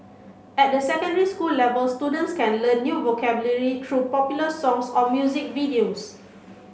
at the secondary school level students can learn new vocabulary through popular songs or music videos